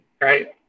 right